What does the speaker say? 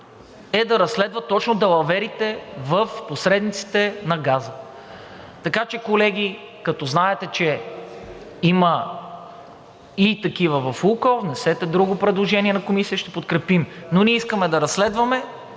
е да разследва точно далаверите в посредниците на газа. Така че, колеги, като знаете, че има и такива в „Лукойл“, внесете друго предложение в Комисията, ще подкрепим. Но ние искаме да разследваме,